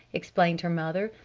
explained her mother.